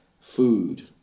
food